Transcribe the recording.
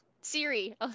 Siri